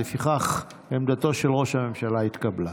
לפיכך, עמדתו של ראש הממשלה התקבלה.